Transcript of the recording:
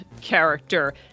character